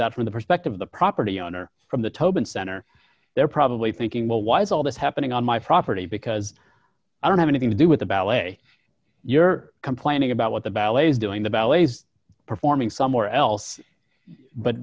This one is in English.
out from the perspective of the property owner from the tobin center they're probably thinking well why is all this happening on my property because i don't have anything to do with the ballet you're complaining about what the ballet is doing the ballets performing somewhere